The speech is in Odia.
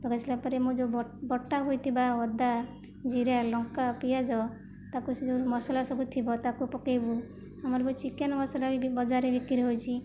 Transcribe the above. ପକାଇ ସାରିଲା ପରେ ମୁଁ ଯୋଉ ବଟ ବଟା ହୋଇଥିବା ଅଦା ଜିରା ଲଙ୍କା ପିଆଜ ତାକୁ ସେ ଯେଉଁ ମସଲା ସବୁଥିବ ତାକୁ ପକାଇବୁ ଆମର ବି ଚିକେନ ମସଲା ବି ବଜାରରେ ବିକ୍ରି ହେଉଛି